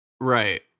Right